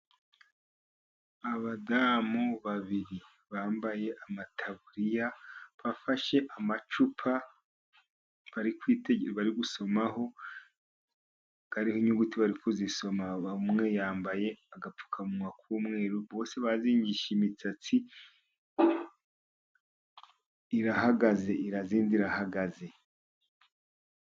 Abadamu babiri bambaye amataburiya. Bafashe amacupa bari gusomaho inyuguti bari kuzisoma. Umwe yambaye agapfukamunwa k'umweru bose bazingushije imisatsi irahagaze irazinze irahagaze.